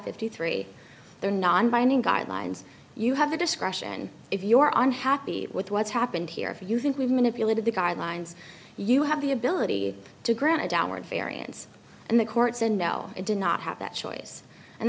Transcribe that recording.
fifty three they're non binding guidelines you have the discretion if your are unhappy with what's happened here if you think we've manipulated the guidelines you have the ability to grant a downward variance and the court said no it did not have that choice and